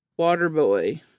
Waterboy